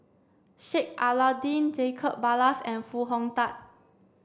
Sheik Alau'ddin Jacob Ballas and Foo Hong Tatt